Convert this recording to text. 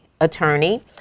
attorney